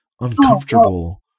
uncomfortable